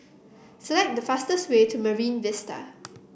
select the fastest way to Marine Vista